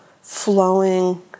flowing